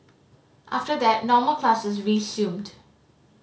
after that normal classes resumed